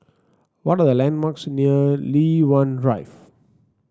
what are the landmarks near Li Hwan Drive